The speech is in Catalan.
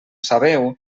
sabeu